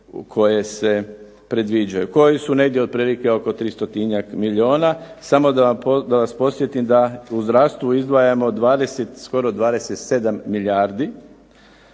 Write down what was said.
koje se predviđaju? Koje su negdje otprilike oko 300-njak milijuna. Samo da vas podsjetim da u zdravstvu izdvajamo skoro 27 milijardi,